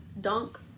dunk